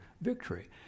victory